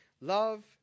Love